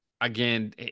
again